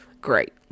Great